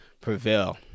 prevail